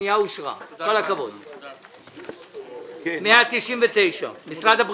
הצבעה בעד, פה אחד פנייה מס' 196 אושרה.